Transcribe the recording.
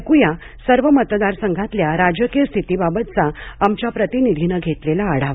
ऐकूया सर्व मतदारसंघातल्या राजकीय स्थितीबाबतचा आमच्या प्रतिनिधीनं घेतलेला आढावा